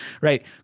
Right